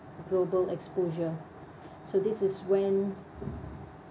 global exposure so this is when